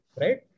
Right